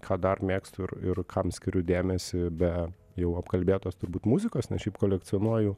ką dar mėgstu ir ir kam skiriu dėmesį be jau apkalbėtos turbūt muzikos nes šiaip kolekcionuoju